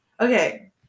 okay